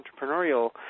entrepreneurial